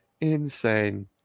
Insane